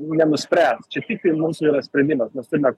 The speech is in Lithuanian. nenuspręs čia tiktai mūsų yra sprendimas mes turime